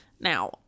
Now